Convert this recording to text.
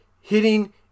hitting